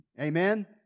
amen